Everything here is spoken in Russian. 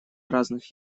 разных